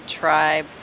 tribe